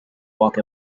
walk